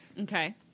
Okay